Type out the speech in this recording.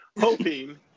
hoping